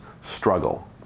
struggle